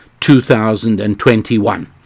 2021